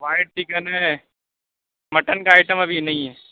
white chicken ہے mutton کا item ابھی نہیں ہے